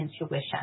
intuition